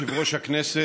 אדוני יושב-ראש הישיבה,